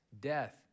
death